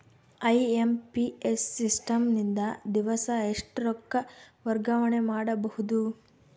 IMPS system ನಿಂದ ದಿವಸಾ ಎಷ್ಟ ರೊಕ್ಕ ವರ್ಗಾವಣೆ ಮಾಡಬಹುದು?